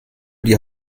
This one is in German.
die